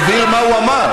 שולי, הוא מסביר מה הוא אמר.